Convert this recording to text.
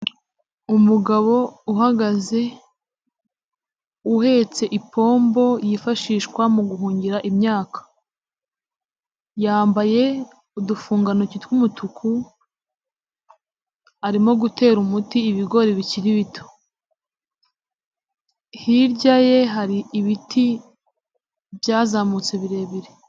Umugabo uhagaze uhetse ipombo yifashishwa mu guhungira imyaka, yambaye udufugantoki tw'umutuku, arimo gutera umuti ibigori bikiri bito hirya ye hari ibiti byazamutse birebire.